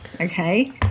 Okay